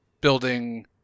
building